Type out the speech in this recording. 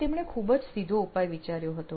આ તેમણે ખુબ જ સીધો ઉપાય વિચાર્યો હતો